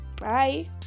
Bye